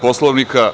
Poslovnika.